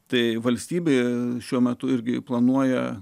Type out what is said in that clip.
tai valstybė šiuo metu irgi planuoja